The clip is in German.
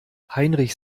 heinrich